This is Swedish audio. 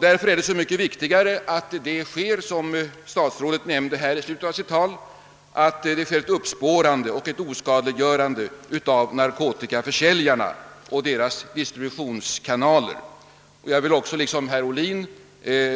Därför är det så mycket viktigare att man företar — som statsrådet nämnde i slutet av sitt svar — ett uppspårande och oskadliggörande av narkotikaförsäljarna och deras distributionskanaler. Jag vill också i likhet med herr Ohlin